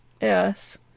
yes